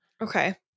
Okay